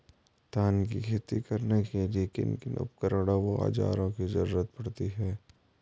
धान की खेती करने के लिए किन किन उपकरणों व औज़ारों की जरूरत पड़ती है?